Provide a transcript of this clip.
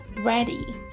ready